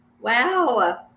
Wow